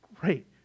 great